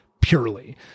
purely